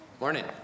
Morning